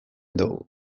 dugu